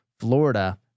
Florida